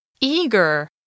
Eager